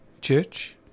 church